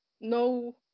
no